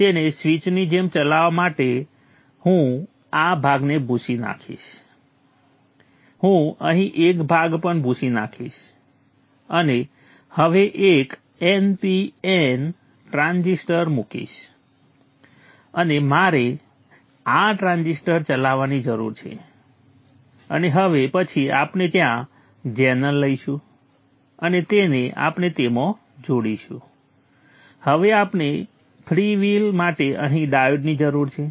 તેને સ્વીચની જેમ ચલાવવા માટે હું આ ભાગને ભૂંસી નાખીશ હું અહીં એક ભાગ પણ ભૂંસી નાખીશ અને હવે એક npn એનપીએન ટ્રાન્ઝિસ્ટર મૂકીશ અને મારે આ ટ્રાન્ઝિસ્ટર ચલાવવાની જરૂર છે અને હવે પછી આપણે ત્યાં ઝેનર લઈશું અને તેને આપણે તેમાં જોડીશું હવે આપણને ફ્રીવ્હીલ માટે અહીં ડાયોડની જરૂર છે